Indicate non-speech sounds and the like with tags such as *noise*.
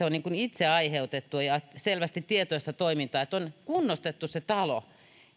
*unintelligible* on itse aiheutettu ja selvästi tietoista toimintaa että on kunnostettu se talo